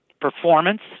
performance